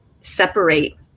separate